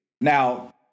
Now